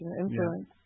influence